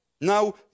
Now